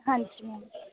ਹਾਂਜੀ ਹਾਂਜੀ